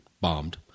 Bombed